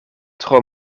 tro